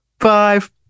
Five